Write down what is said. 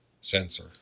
Sensor